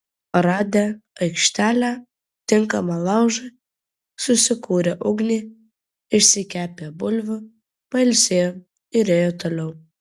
radę aikštelę tinkamą laužui susikūrė ugnį išsikepė bulvių pailsėjo ir ėjo toliau